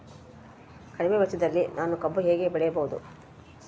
ಕಡಿಮೆ ವೆಚ್ಚದಲ್ಲಿ ನಾನು ಕಬ್ಬು ಹೇಗೆ ಬೆಳೆಯಬಹುದು?